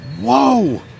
Whoa